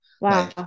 Wow